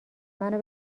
منو